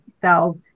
cells